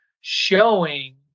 showing